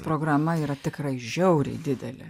programa yra tikrai žiauriai didelė